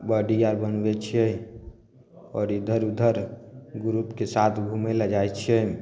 body आर बनबय छियै आओर इधर उधर ग्रुपके साथ घुमय लए जाइ छियै